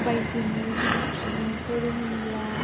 बायजोनि सु सुबुंफोर होनब्ला